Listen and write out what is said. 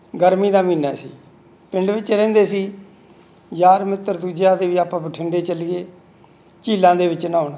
ਗਰਮੀ ਦਾ ਮਹੀਨਾ ਸੀ ਪਿੰਡ ਵਿੱਚ ਰਹਿੰਦੇ ਸੀ ਯਾਰ ਮਿੱਤਰ ਦੂਜਿਆਂ ਤੇ ਵੀ ਆਪਾਂ ਬਠਿੰਡੇ ਚੱਲੀਏ ਝੀਲਾਂ ਦੇ ਵਿੱਚ ਨਹਾਉਣ